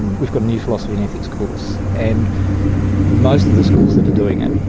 we've got a new philosophy and ethics course, and most of the schools that are doing it,